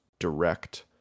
direct